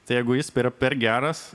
tai jeigu jis per per geras